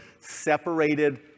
separated